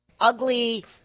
ugly